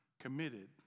committed